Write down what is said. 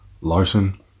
Larson